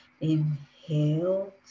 Inhale